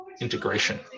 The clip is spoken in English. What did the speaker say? integration